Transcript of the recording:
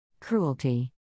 Cruelty